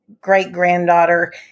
great-granddaughter